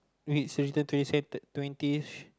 which written twenty twentieth